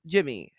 Jimmy